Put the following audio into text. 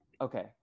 Okay